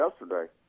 yesterday